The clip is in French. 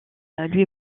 lui